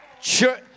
Church